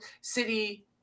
city